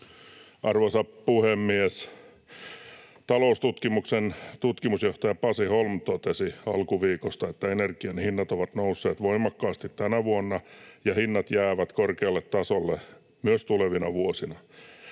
Arvoisa puhemies! Taloustutkimuksen tutkimusjohtaja Pasi Holm totesi alkuviikosta, että energian hinnat ovat nousseet voimakkaasti tänä vuonna ja hinnat jäävät korkealle tasolle myös tulevina vuosina.